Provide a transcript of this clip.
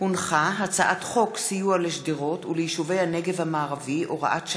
הצעת חוק סיוע לשדרות וליישובי הנגב המערבי (הוראת שעה)